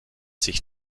sich